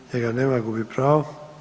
Njega nema, gubi pravo.